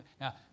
now